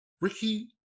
Ricky